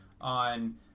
on